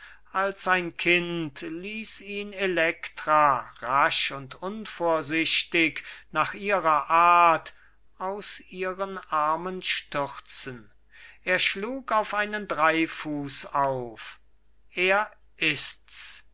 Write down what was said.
als ein kind ließ ihn elektra rasch und unvorsichtig nach ihrer art aus ihren armen stürzen er schlug auf einen dreifuß auf er ists soll